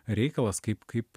reikalas kaip kaip